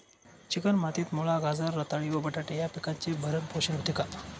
Chicken मातीत मुळा, गाजर, रताळी व बटाटे या पिकांचे भरण पोषण होते का?